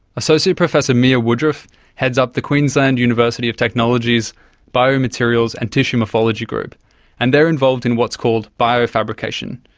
associate professor mia woodruff heads up the queensland university of technology's biomaterials and tissue morphology group and they are involved in what's called biofabrication,